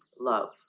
love